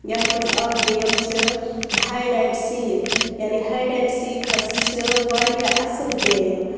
یَتھ منٛز اَکھ گیم چھِ ہایِڈ اینٛڈ سیٖک یعنی ہایِڈ اینٛڈ سیٖک حظ چھِ واریاہ اَصٕل گیم